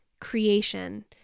creation